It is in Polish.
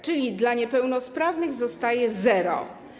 Czyli dla niepełnosprawnych zostaje zero.